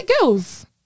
girls